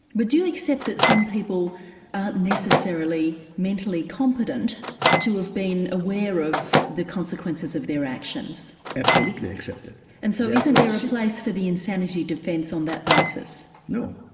but do you accept that some people aren't necessarily mentally competent to have been aware of the consequences of their actions? absolutely i accept it. and so isn't there a place for the insanity defence on that basis? no,